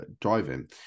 driving